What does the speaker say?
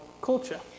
culture